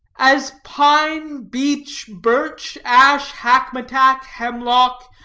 as pine, beech, birch, ash, hackmatack, hemlock,